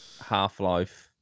Half-Life